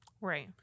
Right